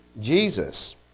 Jesus